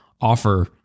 offer